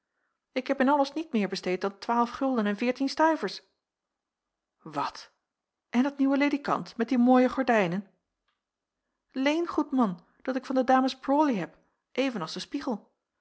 ik heb in alles niet meer besteed dan twaalf gulden en veertien stuivers wat en dat nieuwe ledikant met die mooie gordijnen leengoed man dat ik van de dames prawley heb even als de spiegel